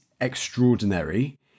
extraordinary